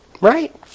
Right